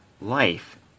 Life